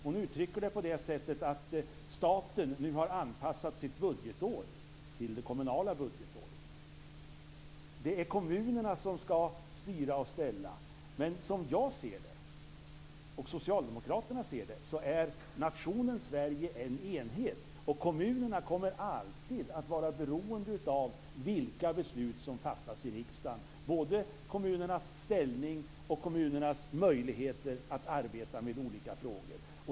Hon uttrycker det på det sättet att staten nu har anpassat sitt budgetår till det kommunala budgetåret. Det är kommunerna som ska styra och ställa. Men som jag och Socialdemokraterna ser det är nationen Sverige en enhet, och kommunerna kommer alltid att vara beroende av vilka beslut som fattas i riksdagen. Det gäller både kommunernas ställning och kommunernas möjligheter att arbeta med olika frågor.